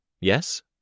Yes